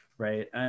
right